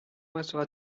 resteras